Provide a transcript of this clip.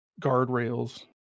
guardrails